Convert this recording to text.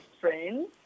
friends